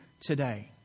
today